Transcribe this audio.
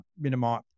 minimize